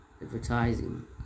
Advertising